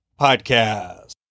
Podcast